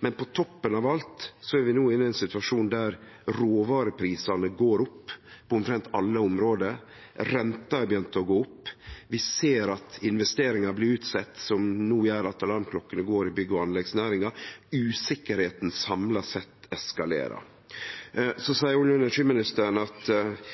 men på toppen av alt er vi no inne i ein situasjon der råvareprisane går opp på omtrent alle område, renta er begynt å gå opp, vi ser at investeringar blir utsett, som no gjer at alarmklokkene går i bygg- og anleggsnæringa. Usikkerheita samla sett eskalerer. Så seier olje- og energiministeren at